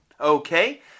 Okay